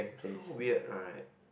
so weird right